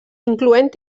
incloent